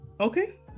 okay